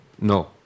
No